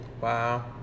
Wow